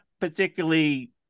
particularly